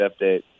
update